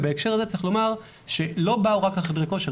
ובהקשר הזה צריך לומר שלא באו רק על חדרי כושר,